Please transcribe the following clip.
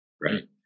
right